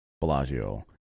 bellagio